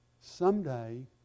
someday